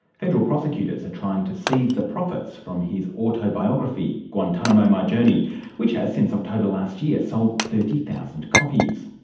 federal prosecutors are trying to seize the profits from his autobiography, guantanamo my my journey which has, since october last year, sold thirty thousand copies.